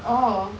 oh